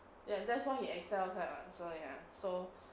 ya that's all he excel inside [what] so ya so